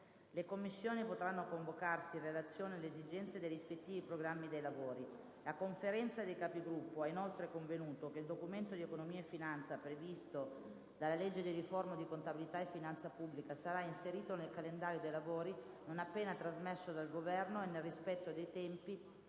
Le Commissioni potranno convocarsi in relazione alle esigenze dei rispettivi programmi dei lavori. La Conferenza dei Capigruppo ha inoltre convenuto che il Documento di economia e finanza - previsto dalla legge di riforma di contabilità e finanza pubblica - sarà inserito nel calendario dei lavori non appena trasmesso dal Governo e nel rispetto dei tempi